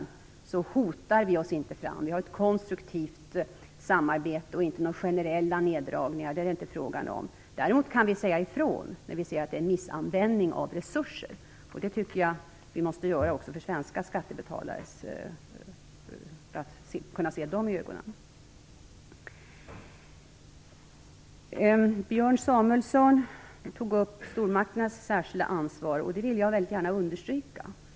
Dessutom hotar Sverige sig inte fram i FN - vi har ett konstruktivt samarbete. Det är inte fråga om några generella neddragningar. Däremot kan vi säga ifrån när vi ser en felanvändning av resurser, och vi måste kunna göra detta också för att kunna se de svenska skattebetalarna i ögonen. Björn Samuelson tog upp stormakternas särskilda ansvar. Detta ansvar vill jag gärna understryka.